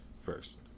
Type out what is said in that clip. first